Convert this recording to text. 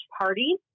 party